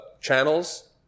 channels